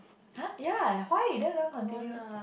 [huh] ya why then you don't want continue